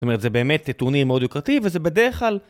זאת אומרת, זה באמת עיתונים מאוד יוקרתיים, וזה בדרך כלל...